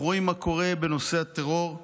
אנחנו רואים מה קורה בנושא הטרור,